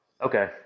Okay